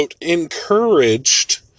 encouraged